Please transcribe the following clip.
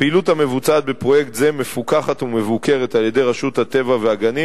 הפעילות המבוצעת בפרויקט זה מפוקחת ומבוקרת על-ידי רשות הטבע והגנים,